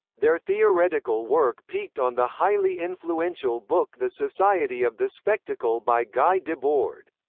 their theoretical work peaked on the highly influential book the society of the spectacle by guy debord.